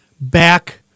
back